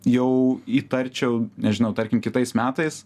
jau įtarčiau nežinau tarkim kitais metais